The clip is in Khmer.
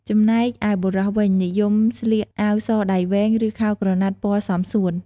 ចំណែកឯបុរសវិញ និយមស្លៀកអាវសដៃវែង ឬខោក្រណាត់ពណ៌សមសួន។